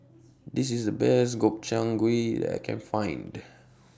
This IS The Best Gobchang Gui that I Can Find